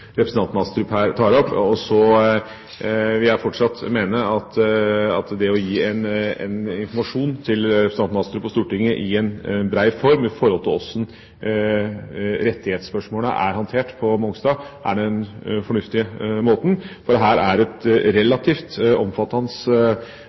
representanten Astrup her tar opp. Så vil jeg fortsatt mene at det å gi en informasjon til representanten Astrup på Stortinget i en brei form med hensyn til hvordan rettighetsspørsmålet er håndtert på Mongstad, er den fornuftige måten, for her er det et